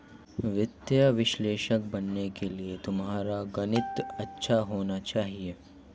वित्तीय विश्लेषक बनने के लिए तुम्हारा गणित अच्छा होना चाहिए